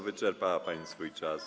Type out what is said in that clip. Wyczerpała pani swój czas.